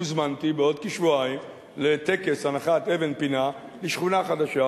הוזמנתי לטקס הנחת אבן פינה בשכונה חדשה